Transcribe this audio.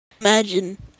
imagine